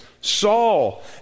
Saul